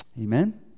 Amen